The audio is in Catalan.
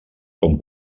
com